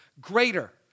greater